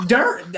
Dirt